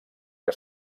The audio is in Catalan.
que